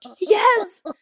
Yes